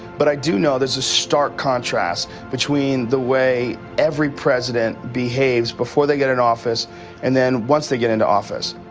but i do know there's a stark contrast between the way every president behaves before they get into and office and then once they get into office.